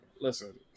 Listen